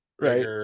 right